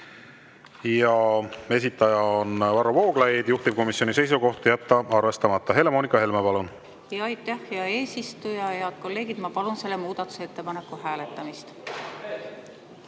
20, esitaja on Varro Vooglaid, juhtivkomisjoni seisukoht on jätta arvestamata. Helle-Moonika Helme, palun! Aitäh, hea eesistuja! Head kolleegid! Ma palun selle muudatusettepaneku hääletamist.